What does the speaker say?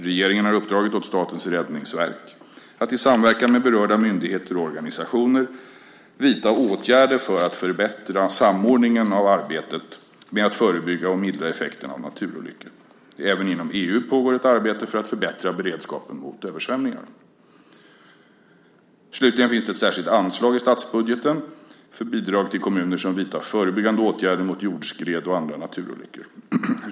Regeringen har uppdragit åt Statens räddningsverk att, i samverkan med berörda myndigheter och organisationer, vidta åtgärder för att förbättra samordningen av arbetet med att förebygga och mildra effekterna av naturolyckor. Även inom EU pågår ett arbete för att förbättra beredskapen mot översvämningar. Slutligen finns det ett särskilt anslag i statsbudgeten för bidrag till kommuner som vidtar förebyggande åtgärder mot jordskred och andra naturolyckor.